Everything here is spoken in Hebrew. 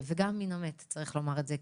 וגם מן המת צריך לומר את זה,